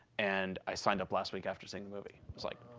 and i signed up last week after seeing the movie. i was like,